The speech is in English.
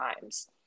times